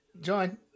John